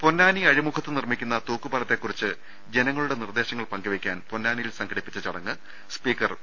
പൊന്നാനി അഴിമുഖത്ത് നിർമിക്കുന്നു തൂക്കുപാലത്തെ കുറിച്ച് ജനങ്ങളുടെ നിർദേശങ്ങൾ പങ്കു വെക്കാൻ പൊന്നാനിയിൽ സംഘടിപ്പിച്ച് ചടങ്ങ് സ്പീക്കർ പി